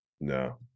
No